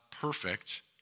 perfect